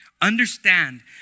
Understand